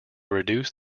reduce